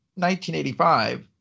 1985